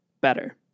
better